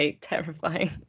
Terrifying